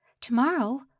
Tomorrow